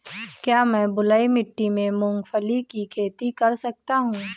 क्या मैं बलुई मिट्टी में मूंगफली की खेती कर सकता हूँ?